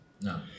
No